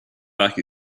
back